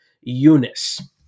Eunice